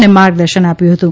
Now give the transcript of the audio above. અને માર્ગદર્શન આપ્યું હતું